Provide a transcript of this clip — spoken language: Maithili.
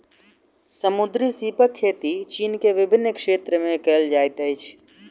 समुद्री सीपक खेती चीन के विभिन्न क्षेत्र में कयल जाइत अछि